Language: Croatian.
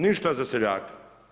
Ništa za seljaka.